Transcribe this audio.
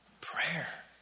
Prayer